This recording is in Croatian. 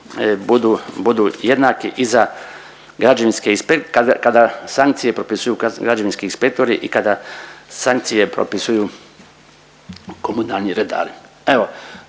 budu jednaki i za građevinske, kada, kada sankcije propisuju građevinski inspektori i kada sankcije propisuju komunalni redari.